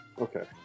Okay